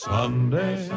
Sunday